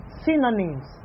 synonyms